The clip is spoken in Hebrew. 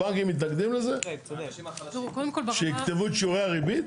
הבנקים מתנגדים לזה שיכתבו את שיעורי הריבית?